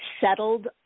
settled